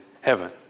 heaven